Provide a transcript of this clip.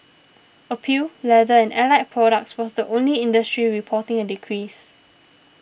apparel leather and allied products was the only industry reporting a decrease